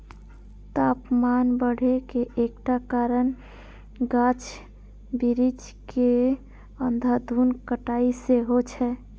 तापमान बढ़े के एकटा कारण गाछ बिरिछ के अंधाधुंध कटाइ सेहो छै